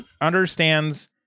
understands